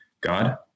God